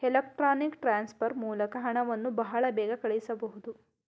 electronics transfer ಮೂಲಕ ಹಣವನ್ನು ಬಹಳ ಬೇಗ ಕಳಿಸಬಹುದು